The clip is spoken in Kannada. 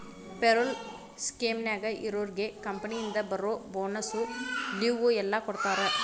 ಪೆರೋಲ್ ಸ್ಕೇಮ್ನ್ಯಾಗ ಇರೋರ್ಗೆ ಕಂಪನಿಯಿಂದ ಬರೋ ಬೋನಸ್ಸು ಲಿವ್ವು ಎಲ್ಲಾ ಕೊಡ್ತಾರಾ